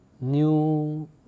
new